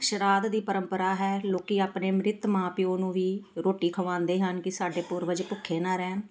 ਸ਼ਰਾਧ ਦੀ ਪਰੰਪਰਾ ਹੈ ਲੋਕ ਆਪਣੇ ਮ੍ਰਿਤ ਮਾਂ ਪਿਓ ਨੂੰ ਵੀ ਰੋਟੀ ਖਵਾਉਂਦੇ ਹਨ ਕਿ ਸਾਡੇ ਪੂਰਵਜ ਭੁੱਖੇ ਨਾ ਰਹਿਣ